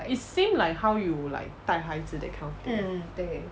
mm it seem like how you like 带孩子 that kind of thing